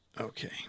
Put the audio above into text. Okay